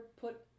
put